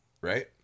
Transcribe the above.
right